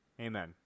Amen